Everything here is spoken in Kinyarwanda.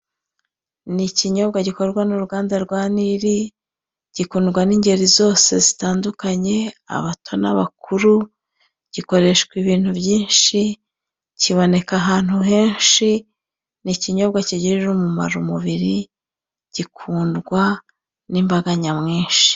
Ni ikinyobwa gikorwa n'uruganda rwa niri, gikundwa n'ingeri nyinshi zitandukanye abato n'abakuru, gikoreshwa ibintu byinshi, kiboneka ahantu henshi, ni ikinyobwa kigirira umumaro umubiri gikundwa nimbaga nyamwinshi.